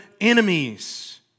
enemies